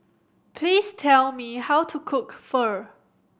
please tell me how to cook Pho